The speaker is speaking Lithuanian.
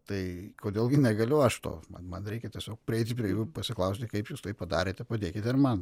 tai kodėl gi negaliu aš to man man reikia tiesiog prieiti prie jų pasiklausti kaip jūs tai padarėte padėkite ir man